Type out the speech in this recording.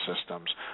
systems